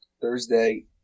Thursday